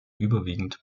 überwiegend